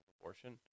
abortion